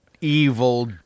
evil